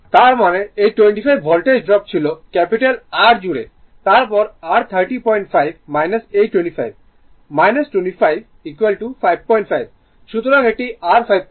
তার মানে এই 25 ভোল্টেজ ড্রপ ছিল ক্যাপিটাল R জুড়ে তারপর r 305 এই 25 25 55 সুতরাং এটি r 55